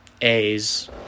A's